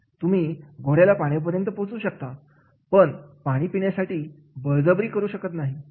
तुम्ही घोड्याला पाण्यापर्यंत पोहोचू शकता पण पाणी पिण्यासाठी बळजबरी करू शकत नाही